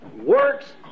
works